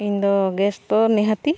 ᱤᱧ ᱫᱚ ᱜᱮᱥ ᱫᱚ ᱱᱤᱦᱟᱹᱛᱤ